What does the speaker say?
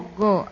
go